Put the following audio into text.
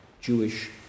Jewish